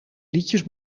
liedjes